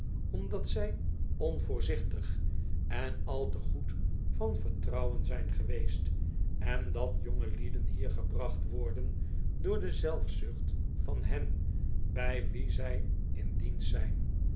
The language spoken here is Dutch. omdat zij onvoorzichtig en al te goed van vertrouwen zijn geweest en dat jongelieden hier gebracht worden door de zelfzucht van hen bij wie zij in dienst zijn